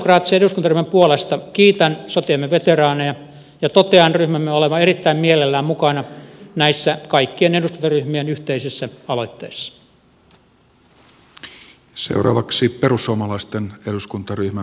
sosialidemokraattisen eduskuntaryhmän puolesta kiitän sotiemme veteraaneja ja totean ryhmämme olevan erittäin mielellään mukana näissä kaikkien eduskuntaryhmien yhteisissä aloitteissa